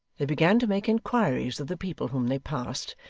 they began to make inquiries of the people whom they passed,